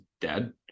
dead